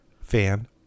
Fan